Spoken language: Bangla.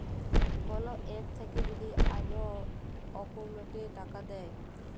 কল এপ থাক্যে যদি অল্লো অকৌলটে টাকা দেয়